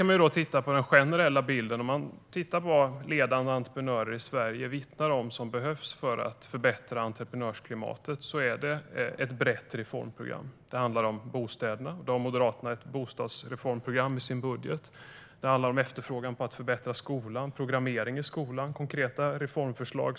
Om man tittar på den generella bilden och vad ledande entreprenörer i Sverige vittnar om behövs för att förbättra entreprenörsklimatet gäller det ett brett reformprogram. Det handlar om bostäderna. Där har Moderaterna ett bostadsreformprogram i sin budget. Det handlar om att det efterfrågas en förbättring av skolan, exempelvis programmering i skolan. Vi har konkreta reformförslag.